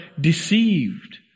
deceived